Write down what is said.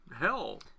hell